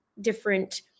different